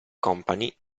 company